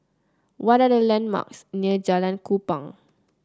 what are the landmarks near Jalan Kupang